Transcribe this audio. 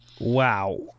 wow